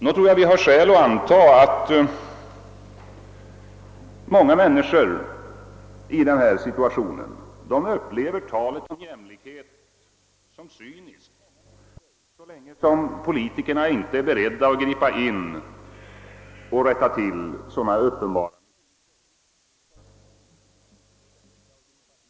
Nog tror jag att vi har skäl att anta att många människor som befinner sig i den situationen upplever talet om jämlikhet som cyniskt så länge politikerna inte är beredda att gripa in och rätta till sådana uppenbara missförhållanden.